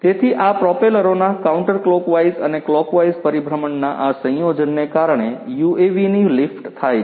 તેથી આ પ્રોપેલરોના કાઉન્ટરક્લોકવાઇઝ અને ક્લોકવાઇઝ પરિભ્રમણના આ સંયોજનને કારણે યુએવીની લિફ્ટ થાય છે